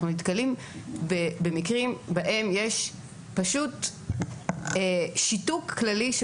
אנחנו נתקלות במקרים בהם יש שיתוק כללי של